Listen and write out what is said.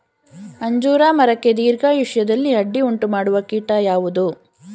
ಅಂಜೂರ ಮರಕ್ಕೆ ದೀರ್ಘಾಯುಷ್ಯದಲ್ಲಿ ಅಡ್ಡಿ ಉಂಟು ಮಾಡುವ ಕೀಟ ಯಾವುದು?